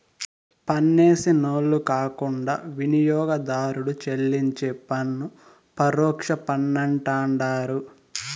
పన్నేసినోళ్లు కాకుండా వినియోగదారుడు చెల్లించే పన్ను పరోక్ష పన్నంటండారు